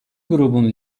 grubun